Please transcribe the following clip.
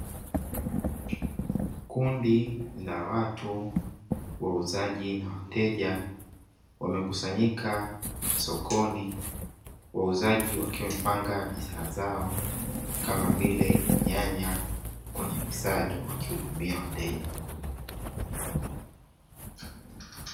Kundi la watu wauzaji na wateja wamekusanyika sokoni. Wauzaji wakiwa wamepanga bidhaa zao kama vile nyanya kwenye visado, wakihudumia wateja.